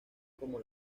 como